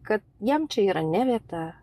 kad jam čia yra ne vieta